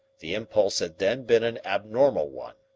the impulse had then been an abnormal one.